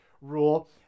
rule